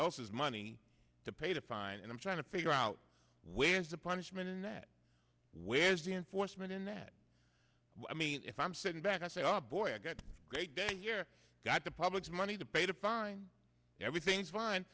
else's money to pay the fine and i'm trying to figure out where is the punishment in that where's the enforcement in that i mean if i'm sitting back i say oh boy i got a great day here got the public's money to pay the fine everything's fine